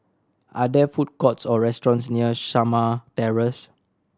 are there food courts or restaurants near Shamah Terrace